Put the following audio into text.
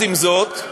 עם זאת,